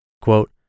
Quote